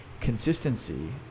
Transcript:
Consistency